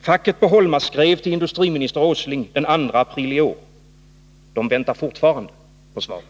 Facket på Holma skrev till industriminister Åsling den 2 april i år — men väntar fortfarande på svar.